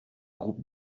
groupe